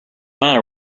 matter